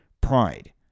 pride